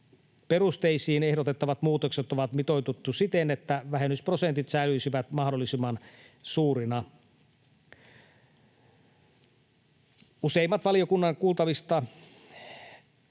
perusteisiin ehdotettavat muutokset on mitoitettu siten, että vähennysprosentit säilyisivät mahdollisimman suurina. Useimmat valiokunnan kuultavista